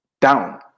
down